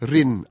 Rin